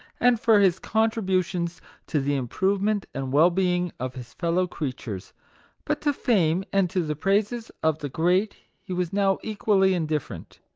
and for his contributions to the im provement and well-being of his fellow-crea tures but to fame and to the praises of the great he was now equally indifferent.